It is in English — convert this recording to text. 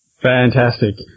Fantastic